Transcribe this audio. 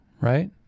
right